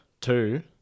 Two